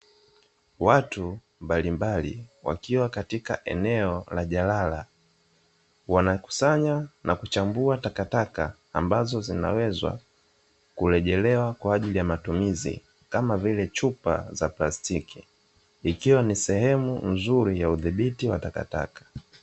Watu mbalimbali wakiwa katika eneo la jalala wanakusanya na kuchambua takataka, ambazo zinaweza kurejelewa kwa ajili ya matumizi kama vile chupa za plastiki ikiwa ni sehemu nzuri ya udhibiti wa takataka.